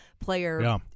player